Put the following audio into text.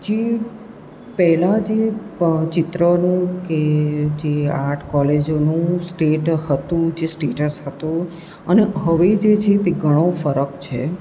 જે પહેલા જે પઅ ચિત્રોનું કે જે આર્ટ કોલેજોનું સ્ટેટ હતું જે સ્ટેટસ હતું અને હવે જે છે તે ઘણો ફરક છે